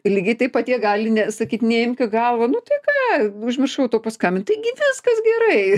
lygiai taip pat jie gali ne sakyt neimk į galvą nu tai ką užmiršau tau paskambint taigi viskas gerai